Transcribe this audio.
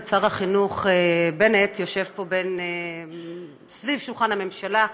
שר החינוך בנט יושב פה ליד שולחן הממשלה.